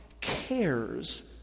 cares